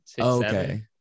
Okay